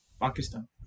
Pakistan